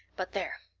but there!